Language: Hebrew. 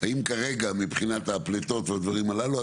האם כרגע מבחינת הפליטות והדברים הללו,